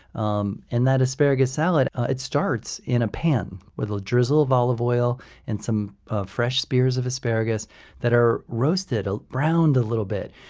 um and that asparagus salad starts in a pan with a drizzle of olive oil and some fresh spears of asparagus that are roasted, ah browned a little bit.